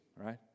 right